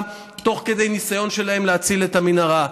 תוך כדי ניסיון שלהם להציל את המנהרה,